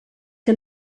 que